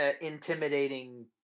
intimidating